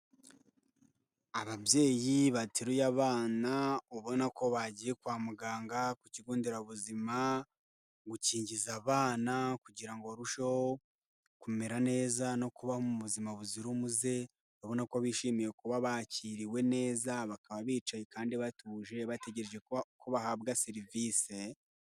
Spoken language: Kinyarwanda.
Ababyeyi bateruye abana ubona ko bagiye kwa muganga ku kigo nderabuzima gukingiza abana kugira barusheho kumera neza no kubaho mu buzima buzira umuze, urabona ko bishimiye kuba bakiriwe neza, bakaba bicaye kandi batuje bategereje, ko bahabwa serivise.